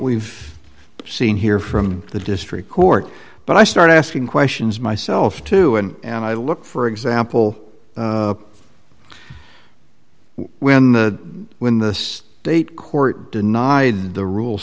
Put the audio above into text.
we've seen here from the district court but i start asking questions myself too and i look for example when the when the state court denied the rule